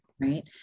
Right